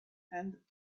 and